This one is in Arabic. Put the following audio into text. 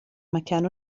مكان